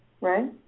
right